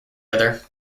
other